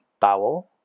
bowel